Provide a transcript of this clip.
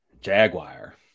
Jaguar